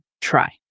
try